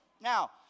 Now